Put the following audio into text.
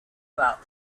about